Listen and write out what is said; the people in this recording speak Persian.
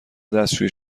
دستشویی